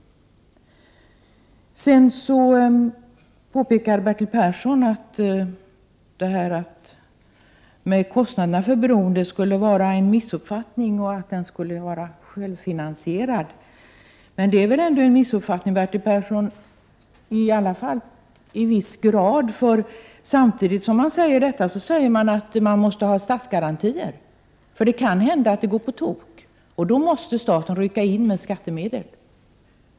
Bertil Persson påpekade att jag skulle ha missuppfattat någonting när det gäller kostnaderna för bron och hävdade att den skulle vara självfinansierande. Det är väl ändå en missuppfattning, Bertil Persson, i varje fall i viss grad. Samtidigt som man säger detta säger man nämligen att man måste ha statsgarantier — det kan hända att det går på tok, och då måste staten rycka in med skattemedel.